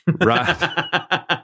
right